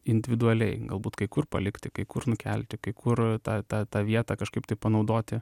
individualiai galbūt kai kur palikti kai kur nukelti kai kur tą tą tą vietą kažkaip tai panaudoti